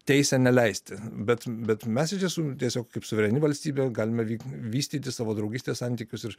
teisę neleisti bet bet mes iš tiesų tiesiog kaip suvereni valstybė galime vykti vystyti savo draugystės santykius ir